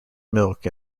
milk